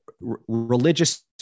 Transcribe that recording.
religious